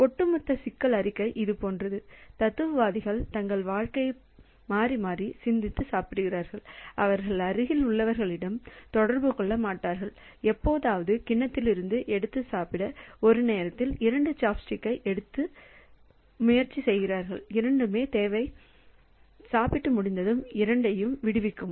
ஒட்டுமொத்த சிக்கல் அறிக்கை இதுபோன்றது தத்துவவாதிகள் தங்கள் வாழ்க்கையை மாறி மாறி சிந்தித்து சாப்பிடுகிறார்கள் அவர்கள் அருகில் உள்ளவர்களிடம் தொடர்பு கொள்ள மாட்டார்கள் எப்போதாவது கிண்ணத்தில் இருந்து சாப்பிட ஒரு நேரத்தில் 2 சாப்ஸ்டிக்ஸை எடுக்க முயற்சி செய்கிறார்கள் இரண்டுமே தேவை சாப்பிட்டு முடிந்ததும் இரண்டையும் விடுவிக்கவும்